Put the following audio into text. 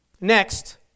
Next